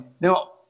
Now